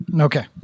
Okay